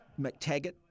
McTaggart